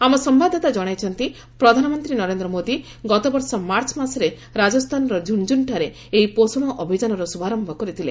ଆମ ସମ୍ଭାଦଦାତା ଜଣାଇଛନ୍ତି ପ୍ରଧାନମନ୍ତ୍ରୀ ନରେନ୍ଦ୍ର ମୋଦି ଗତବର୍ଷ ମାର୍ଚ୍ଚ ମାସରେ ରାଜସ୍ଥାନର ଝୁନ୍ଝୁନୁଠାରେ ଏହି ପୋଷଣ ଅଭିଯାନର ଶ୍ରଭାରମ୍ଭ କରିଥିଲେ